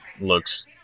looks